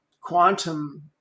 quantum